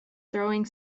throwing